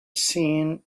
seen